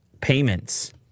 Payments